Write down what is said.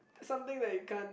something that you can't